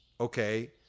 Okay